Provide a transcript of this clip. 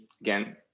again